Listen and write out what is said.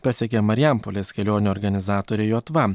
pasekė marijampolės kelionių organizatorė jotva